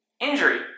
Injury